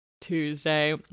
Tuesday